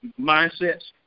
mindsets